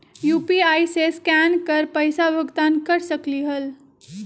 UPI से scan कर पईसा भुगतान कर सकलीहल?